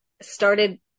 started